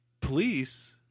police